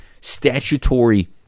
statutory